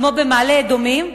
כמו במעלה-אדומים,